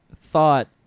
thought